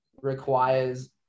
requires